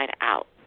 out